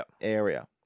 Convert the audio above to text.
area